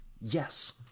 Yes